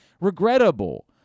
regrettable